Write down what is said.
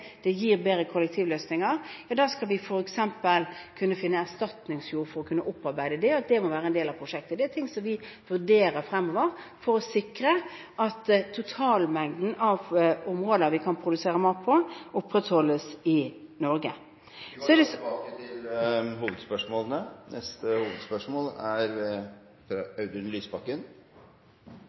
og gir bedre kollektivløsninger, er å finne erstatningsjord som kan opparbeides. Det er ting som vi vurderer fremover, for å sikre at totalmengden av områder vi kan produsere mat på, opprettholdes i Norge. Vi går til neste hovedspørsmål.